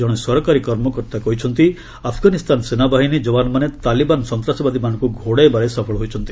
ଜଣେ ସରକାରୀ କର୍ମକର୍ତ୍ତା କହିଛନ୍ତି ଆଫଗାନିସ୍ତାନ ସେନାବାହିନୀ ଯବାନମାନେ ତାଲିବାନ୍ ସନ୍ତାସବାଦୀମାନଙ୍କୁ ଘଉଡାଇବାରେ ସଫଳ ହୋଇଛନ୍ତି